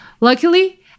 Luckily